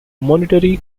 monetary